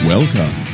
Welcome